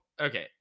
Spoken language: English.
okay